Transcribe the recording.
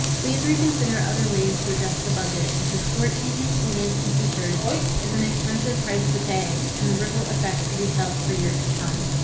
please reconsider other ways to adjust the budget, because short changing students and teachers is an expensive price to pay and the ripple effects will be felt for years to come.